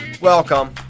Welcome